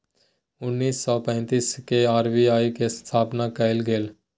उन्नीस सौ पैंतीस के आर.बी.आई के स्थापना कइल गेलय